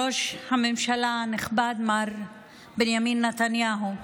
ראש הממשלה הנכבד מר בנימין נתניהו,